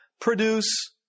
Produce